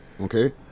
Okay